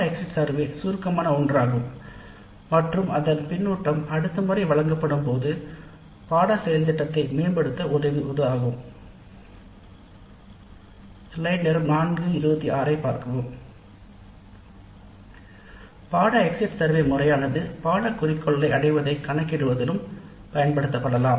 exit survey முறையானது பாடத்திட்டத்தின் குறிக்கோளை கணக்கிடுவதிலும் பயன்படுத்தப்படலாம்